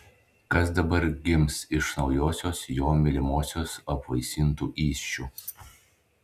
kas dabar gims iš naujosios jo mylimosios apvaisintų įsčių